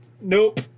Nope